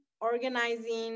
organizing